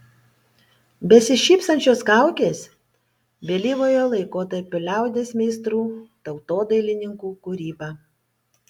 besišypsančios kaukės vėlyvojo laikotarpio liaudies meistrų tautodailininkų kūryba